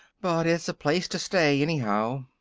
but it's a place to stay, anyhow.